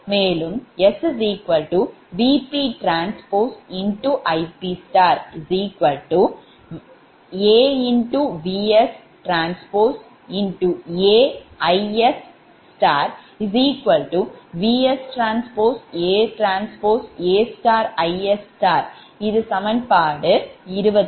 மேலும்SVpTIpAVSTAISVSTATAIsஇது சமன்பாடு 28